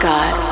God